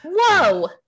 Whoa